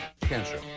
cancer